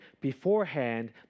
beforehand